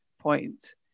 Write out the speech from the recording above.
point